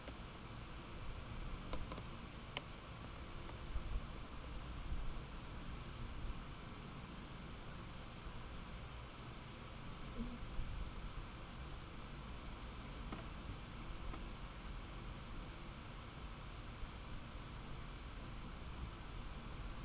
mmhmm